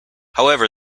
however